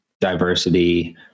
Diversity